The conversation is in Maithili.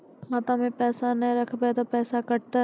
खाता मे पैसा ने रखब ते पैसों कटते?